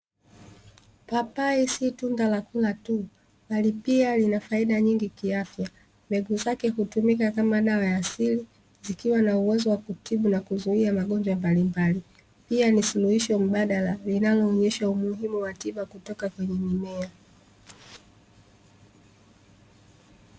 Papai si tunda la kula tu bali pia lina faida nyingi kiafya, mbegu zake hutumika kama dawa ya asili zikiwa na uwezo wa kutibu na kuzuia magonjwa mbalimbali. Pia ni suluhisho mbadala linaloonyesha umuhimu wa tiba kutoka kwenye mimea.